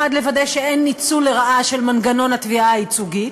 1. לוודא שאין ניצול לרעה של מנגנון התביעה הייצוגית,